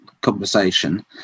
conversation